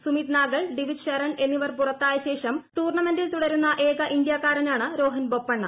സുമിത് നാഗൽ ഡിവിജ് ശരൺ എന്നിവർ പുറത്തായശേഷം ടൂർണമെന്റിൽ തുടരുന്ന ഏക ഇന്ത്യാക്കാരനാണ് രോഹൻ ബൊപ്പണ്ണ